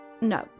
No